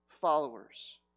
followers